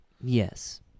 Yes